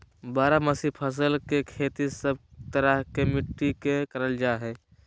बारहमासी फसल के खेती सब तरह के मिट्टी मे करल जा हय